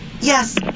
Yes